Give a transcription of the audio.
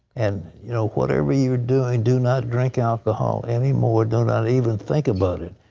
and you know whatever your doing, do not drink alcohol anymore. do not even think about it.